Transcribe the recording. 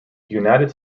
united